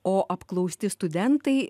o apklausti studentai